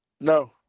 No